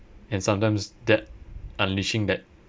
and sometimes that unleashing that